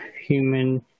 human